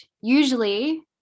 usually